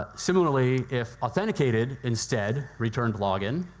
similarly, if authenticated instead returned login,